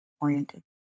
oriented